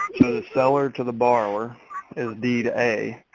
seller to the borrower is deed a,